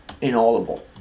inaudible